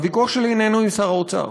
הוויכוח שלי איננו עם שר האוצר.